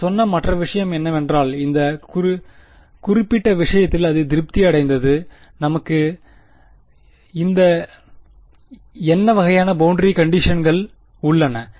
நாங்கள் சொன்ன மற்ற விஷயம் என்னவென்றால் இந்த குறிப்பிட்ட விஷயத்தில் அது திருப்தி அடைந்தது நமக்கு என்ன வகையான பௌண்டரி கண்டிஷன்கள் உள்ளன